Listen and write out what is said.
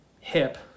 hip